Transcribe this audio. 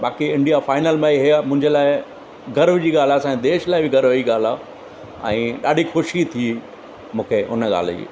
बाक़ी India final में आई हे मुंहिंजे लाइ गर्व जी ॻाल्हि आहे असां जे देश लाइ बि गर्व जी ॻाल्हि आहे ऐं ॾाढी ख़ुशी थी मूंखे उन ॻाल्हि जी